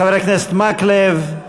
חבר הכנסת מקלב, תודה.